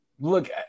Look